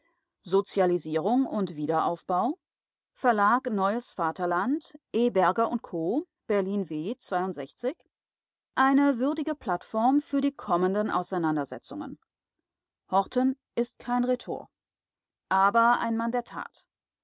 sozialisierung und wiederaufbau verlag neues vaterland e berger u co eine würdige plattform für die kommenden auseinandersetzungen horten ist kein rhetor aber ein mann der tat